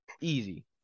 Easy